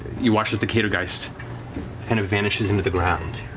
you watch as the caedogeist kind of vanishes into the ground.